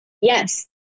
Yes